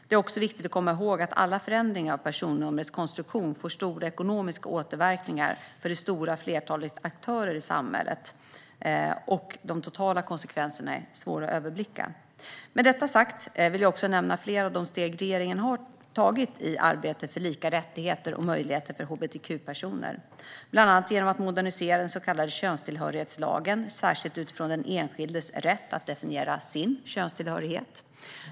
Det är också viktigt att komma ihåg att alla förändringar av personnumrets konstruktion får stora ekonomiska återverkningar för det stora flertalet aktörer i samhället och att de totala konsekvenserna är svåra att överblicka. Med detta sagt vill jag också nämna flera av de steg regeringen har tagit i arbetet för lika rättigheter och möjligheter för hbtq-personer, bland annat genom att modernisera den så kallade könstillhörighetslagen, särskilt utifrån den enskildes rätt att definiera sin könstillhörighet.